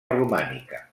romànica